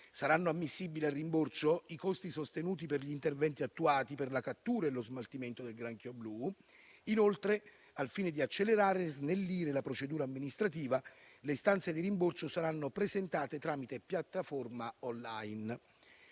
Saranno ammissibili al rimborso i costi sostenuti per gli interventi attuati per la cattura e lo smaltimento del granchio blu. Inoltre, al fine di accelerare e snellire la procedura amministrativa, le istanze di rimborso saranno presentate tramite piattaforma *online*.